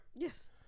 Yes